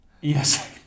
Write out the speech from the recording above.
Yes